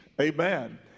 Amen